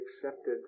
accepted